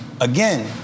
again